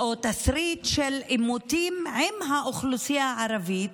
או תסריט, של עימותים עם האוכלוסייה הערבית,